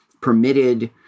permitted